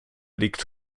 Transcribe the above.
liegt